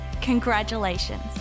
congratulations